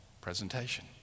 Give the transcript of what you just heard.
presentation